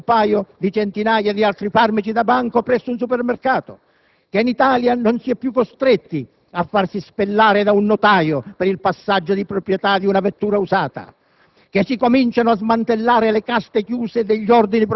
può andarla ad acquistare a prezzo ridotto insieme ad un paio di centinaia di altri farmaci da banco presso un supermercato. *(Commenti del senatore Bornacin)*; che in Italia non si è più costretti a farsi spellare da un notaio per il passaggio di proprietà di una vettura usata;